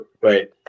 Wait